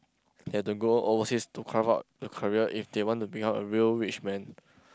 had to go overseas to carve out the career if they want to bring out a real rich man